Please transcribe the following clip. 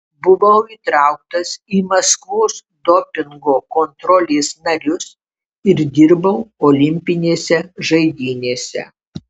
buvau įtrauktas į maskvos dopingo kontrolės narius ir dirbau olimpinėse žaidynėse